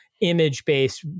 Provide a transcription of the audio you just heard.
image-based